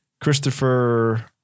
christopher